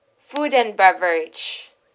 food and beverage